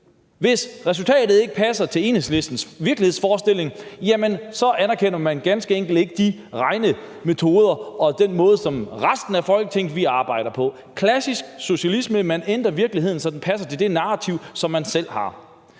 Hvis resultatet ikke passer til Enhedslistens virkelighedsforestilling, anerkender man ganske enkelt ikke regnemetoderne og den måde, som resten af Folketinget arbejder på – klassisk socialisme, hvor man ændrer virkeligheden, så den passer til det narrativ, som man selv har.